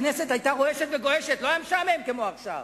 הכנסת היתה רועשת וגועשת, לא היה משעמם כמו עכשיו: